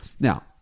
Now